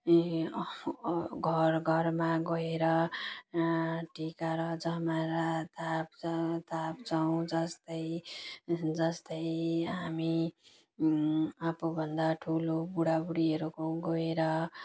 घर घरमा गएर टिका र जमरा थाप्छौँ थाप्छौँ जस्तै जस्तै हामी आफूभन्दा ठुलो बुढाबुढीहरूकोमा गएर